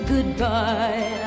Goodbye